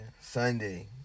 Sunday